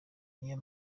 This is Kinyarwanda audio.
niyo